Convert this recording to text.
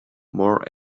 more